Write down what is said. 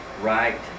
right